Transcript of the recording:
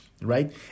right